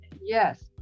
yes